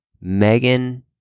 Megan